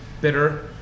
bitter